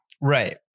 Right